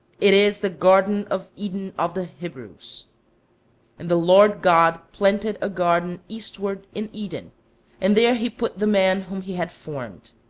it is the garden of eden of the hebrews and the lord god planted a garden eastward in eden and there he put the man whom he had formed.